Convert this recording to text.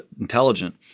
intelligent